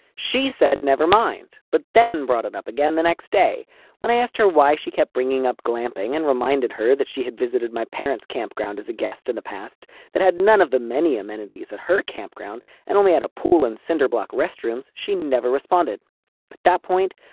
she said never mind but then brought it up again the next day when i asked her why she kept bringing up clamping and reminded her that she had visited my parents campground as a guest in the past that had none of the many amenities at her campground and only had a pool and cinder block restrooms. she never responded at that point.